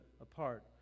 apart